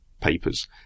papers